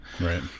Right